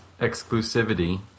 exclusivity